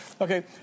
Okay